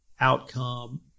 outcome